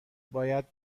باید